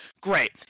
great